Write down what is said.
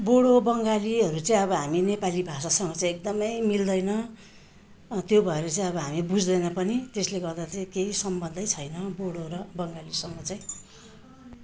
बोडो बङ्गालीहरू चाहिँ अब हामी नेपाली भाषासँग चाहिँ एकदमै मिल्दैन त्यो भएर चाहिँ अब हामी बुझ्दैन पनि त्यसले गर्दा चाहिँ केही सम्बन्धै छैन बोडो र बङ्गालीसँग चाहिँ